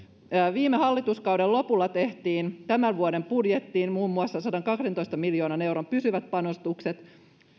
viime hallituskauden lopulla tehtiin tämän vuoden budjettiin muun muassa sadankahdentoista miljoonan euron pysyvät panostukset